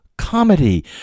Comedy